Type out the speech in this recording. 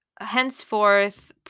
henceforth